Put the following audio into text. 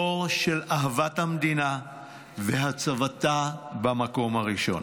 אור של אהבת המדינה והצבתה במקום הראשון.